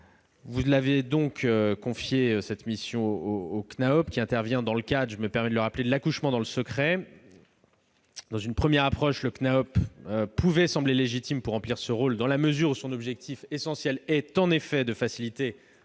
a choisi de confier cette mission au CNAOP, qui intervient, je me permets de le rappeler, dans le cadre de l'accouchement dans le secret. Dans une première approche, le CNAOP pouvait sembler légitime pour remplir ce rôle, dans la mesure où son objectif essentiel est, en effet, de faciliter l'accès